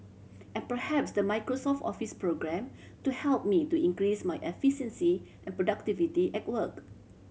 and perhaps the Microsoft Office programme to help me to increase my efficiency and productivity at work